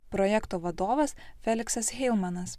projekto vadovas feliksas heumanas